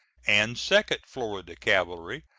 and second florida cavalry,